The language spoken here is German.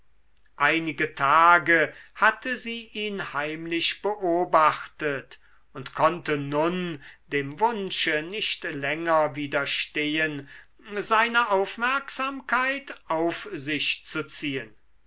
einige tage hatte sie ihn heimlich beobachtet und konnte nun dem wunsche nicht länger widerstehen seine aufmerksamkeit auf sich zu ziehen